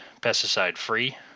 pesticide-free